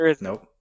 Nope